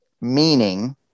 meaning